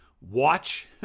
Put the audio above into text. watch